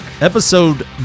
Episode